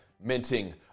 minting